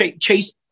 chase